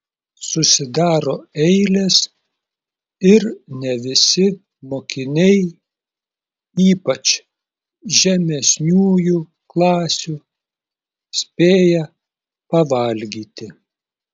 susidaro eilės ir ne visi mokiniai ypač žemesniųjų klasių spėja pavalgyti